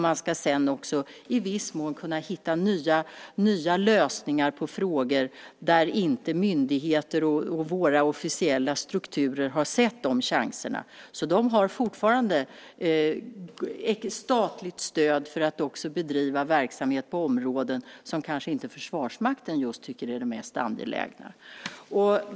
Man ska sedan också i viss mån kunna hitta nya lösningar på frågor där inte myndigheter och våra officiella strukturer har sett chanser. De har alltså fortfarande ett statligt stöd för att bedriva verksamhet på områden som kanske inte just Försvarsmakten tycker är de mest angelägna.